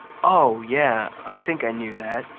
oh, yeah, i think i knew that,